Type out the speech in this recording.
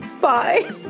bye